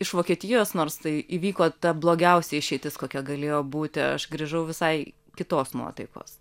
iš vokietijos nors tai įvyko ta blogiausia išeitis kokia galėjo būti aš grįžau visai kitos nuotaikos